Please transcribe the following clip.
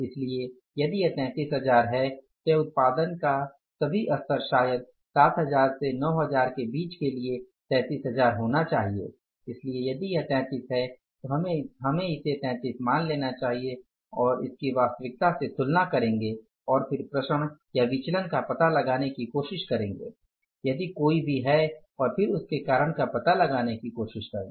इसलिए यदि यह 33000 है तो यह उत्पादन का सभी स्तर शायद 7000 से 9000 के बीच के लिए 33000 होना चाहिए इसलिए यदि यह 33 है तो हम इसे 33 मान लेंगे और इसकी वास्तविक से तुलना करेंगे और फिर विचरण या विचलन का पता लगाने की कोशिश करेंगे यदि कोई भी है और फिर उसके कारण का पता लगाने की कोशिश करें